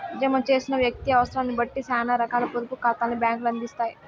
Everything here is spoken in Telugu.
జమ చేసిన వ్యక్తి అవుసరాన్నిబట్టి సేనా రకాల పొదుపు కాతాల్ని బ్యాంకులు అందిత్తాయి